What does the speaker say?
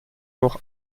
durch